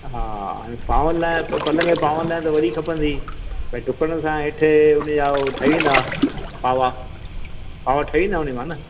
हा हाणे पावनि लाइ पलंग ॼे पावनि लाइ त वॾी खपंदी भई टुकड़न सां हेठ हुनजा उहे ठही वेंदा पावा पावा ठही वेंदा न हुन मां न